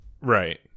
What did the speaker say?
Right